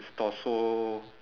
his torso